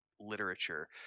literature